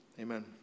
Amen